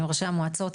עם ראשי המועצות,